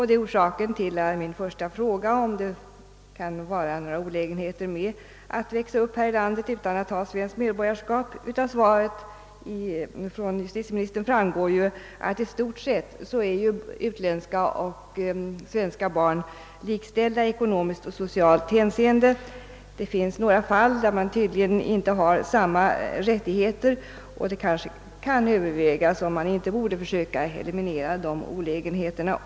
Det var orsaken till min första fråga, om det kunde innebära någon olägenhet för ett barn att växa upp här i landet utan att ha svenskt medborgarskap. Av justitieministerns svar framgår att utländska och svenska barn i stort sett är likställda i ekonomiskt och socialt hänseende. Det finns några fall, där barnen tydligen inte har samma rättigheter, och det kanske kan övervägas om man inte borde försöka eliminera även de olägenheterna.